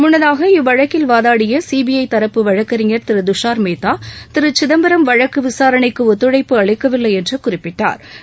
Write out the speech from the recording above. முள்ளதாக இவ்வழக்கில் வாதாடிய சிபிஐ தரப்பு வழக்கறிஞர் திரு துஷார் மேத்தா திரு சிதம்பரம் வழக்கு விசாரணைக்கு ஒத்துழைப்பு அளிக்கவில்லை என்று குறிப்பிட்டா்